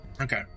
okay